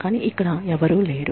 కానీ ఇక్కడ ఎవరూ లేరు